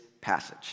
passage